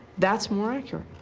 that's more accurate.